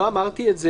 לא אמרתי את זה,